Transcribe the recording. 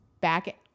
back